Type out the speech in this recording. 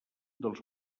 dels